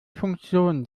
funktion